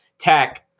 tech